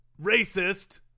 racist